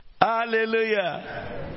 Hallelujah